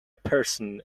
person